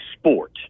sport